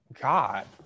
God